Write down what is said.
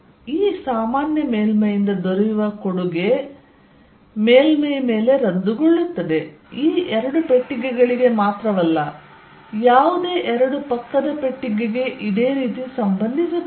ಆದ್ದರಿಂದ ಈ ಸಾಮಾನ್ಯ ಮೇಲ್ಮೈಯಿಂದ ದೊರೆಯುವ ಕೊಡುಗೆ ಮೇಲ್ಮೈ ಮೇಲೆ ರದ್ದುಗೊಳ್ಳುತ್ತದೆ ಈ ಎರಡು ಪೆಟ್ಟಿಗೆಗಳಿಗೆ ಮಾತ್ರವಲ್ಲ ಯಾವುದೇ ಎರಡು ಪಕ್ಕದ ಪೆಟ್ಟಿಗೆಗೆ ಇದೇ ರೀತಿ ಸಂಭವಿಸುತ್ತದೆ